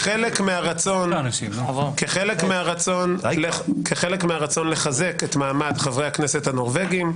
כחלק מהרצון לחזק את מעמד חברי הכנסת הנורבגים,